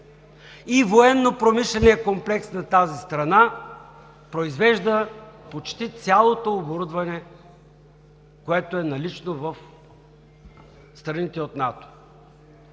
И военнопромишленият комплекс на тази страна произвежда почти цялото оборудване, което е налично в страните от НАТО.